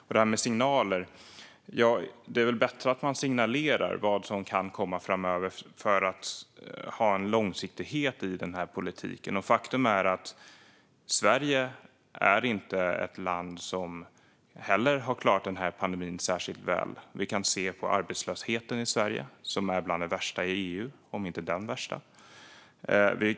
När det gäller signaler är det väl bättre att man signalerar vad som kan komma framöver för att få en långsiktighet i politiken. Faktum är att Sverige inte heller har klarat pandemin särskilt väl. Vår arbetslöshet är en av de värsta i EU, om inte den värsta.